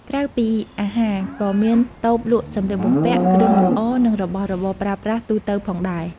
ក្រៅពីអាហារ ក៏មានតូបលក់សម្លៀកបំពាក់ គ្រឿងលម្អ និងរបស់របរប្រើប្រាស់ទូទៅផងដែរ។